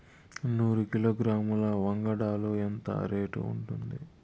నూరు కిలోగ్రాముల వంగడాలు ఎంత రేటు ఉంటుంది?